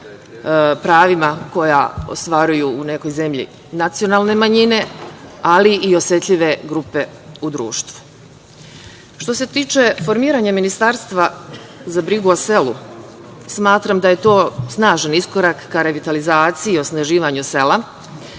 se tiče formiranje ministarstva za brigu o selu, smatram da je to snažan iskorak ka revitalizaciji i osnaživanju sela.